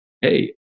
hey